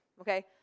okay